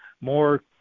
more